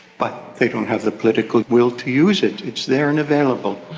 but they don't have the political will to use it. it's there and available.